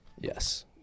Yes